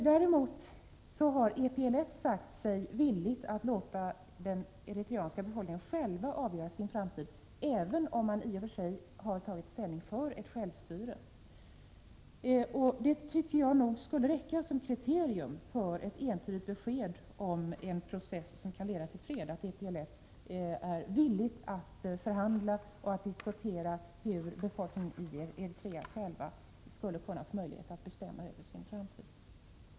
Däremot har EPLF sagt sig vara villig att låta den eritreanska befolkningen själv avgöra sin framtid, även om man i och för sig har tagit ställning för ett självstyre. Jag tycker det skulle räcka som kriterium för ett entydigt besked om en process som kan leda till fred att EPLF är villig att förhandla och diskutera hur befolkningen i Eritrea skulle kunna få möjlighet att bestämma över sin framtid.